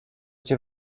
cię